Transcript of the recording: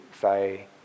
say